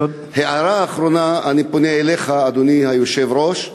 הערה אחרונה: אני פונה אליך, אדוני היושב-ראש.